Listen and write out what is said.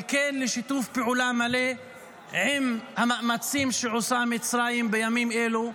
וכן לשיתוף פעולה מלא עם המאמצים שעושה מצרים בימים אלו,